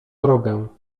drogę